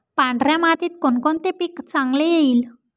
पांढऱ्या मातीत कोणकोणते पीक चांगले येईल?